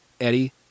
Eddie